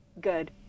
good